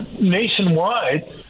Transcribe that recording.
nationwide